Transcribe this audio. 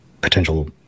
potential